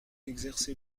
exercez